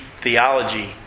theology